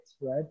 right